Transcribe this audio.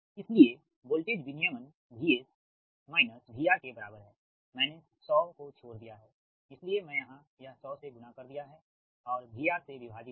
इसलिए इसलिए वोल्टेज विनियमन VS - VR के बराबर है मैंने 100 को छोर दिया है इसलिए मैं यहां यह 100 से गुणा कर दिया है और VR से विभाजित है